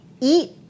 eat